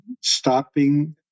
stopping